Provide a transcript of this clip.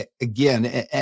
again